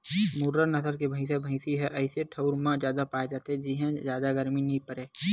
मुर्रा नसल के भइसा भइसी ह अइसे ठउर म जादा पाए जाथे जिंहा जादा गरमी नइ परय